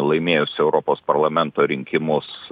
laimėjusių europos parlamento rinkimus